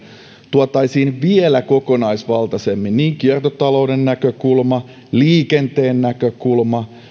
tuotaisiin vielä kokonaisvaltaisemmin niin kiertotalouden näkökulma liikenteen näkökulma